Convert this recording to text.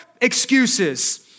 excuses